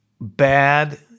bad